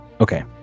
Okay